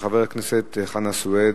של חבר הכנסת חנא סוייד,